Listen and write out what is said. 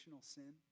sin